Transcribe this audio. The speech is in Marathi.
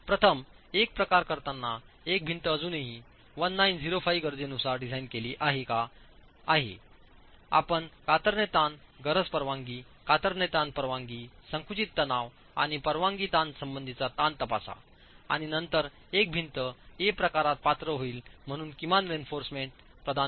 प्रथम एक प्रकार करतानाएकभिंत अजूनही 1905 गरजेनुसार डिझाइन केले आहे का आहे आपण कातरणे ताण गरज परवानगी कातरणे ताण परवानगी संकुचित तणाव आणि परवानगी ताणासंबंधीचा ताण तपासा आणि नंतर एक भिंत A प्रकारात पात्र होईल म्हणून किमान रीइन्फोर्समेंट प्रदान करा